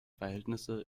verhältnisse